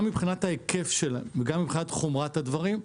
גם מבחינת ההיקף שלה, וגם מבחינת חומרת הדברים,